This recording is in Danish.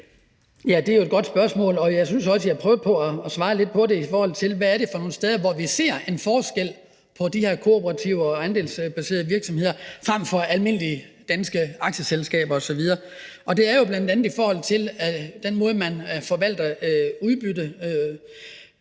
Det er jo et godt spørgsmål, og jeg synes også, jeg prøvede på at svare lidt på det, i forhold til hvad det er for nogle steder, vi ser en forskel på de her kooperativer og andelsbaserede virksomheder og almindelige danske aktieselskaber osv. Det er jo bl.a. i forhold til den måde, man forvalter udbyttet